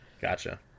Gotcha